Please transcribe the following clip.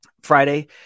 Friday